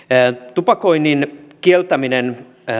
tupakoinnin kieltäminen